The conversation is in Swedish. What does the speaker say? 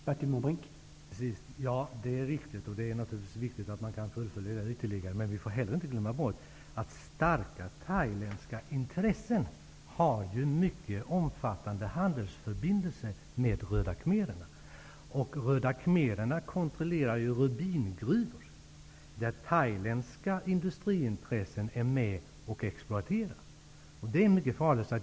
Herr talman! Det är riktigt, och det är naturligtvis viktigt att man kan fullfölja det här ytterligare. Men vi får inte glömma bort att starka thailändska intressen har mycket omfattande handelsförbindelser med de röda khmererna. Dessa kontrollerar rubingruvor, som thailändska industriintressen är med om att exploatera. Det är mycket farligt.